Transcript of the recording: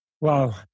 Wow